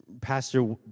Pastor